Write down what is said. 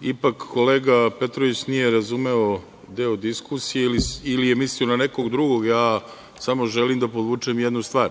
ipak kolega Petrović nije razumeo deo diskusije ili je mislio na nekog drugog. Ja samo želim da podvučem jednu stvar.